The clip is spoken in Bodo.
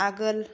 आगोल